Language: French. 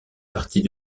partie